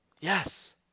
Yes